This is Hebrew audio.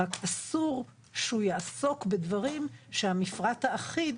רק אסור שהוא יעסוק בדברים שהמפרט האחיד,